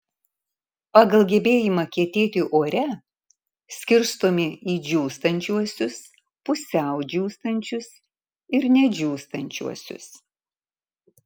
pagal gebėjimą kietėti ore skirstomi į džiūstančiuosius pusiau džiūstančius ir nedžiūstančiuosius